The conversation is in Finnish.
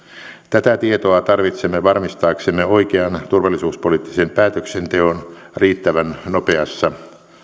tätä tietoa tarvitsemme varmistaaksemme oikean turvallisuuspoliittisen päätöksenteon riittävän nopeassa